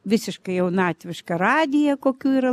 visiškai jaunatvišką radiją kokių yra